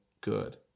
good